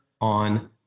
on